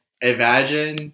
imagine